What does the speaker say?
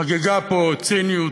חגגו פה ציניות,